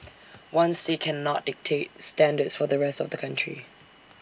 one state cannot dictate standards for the rest of the country